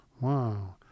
Wow